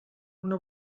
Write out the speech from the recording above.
una